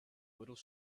little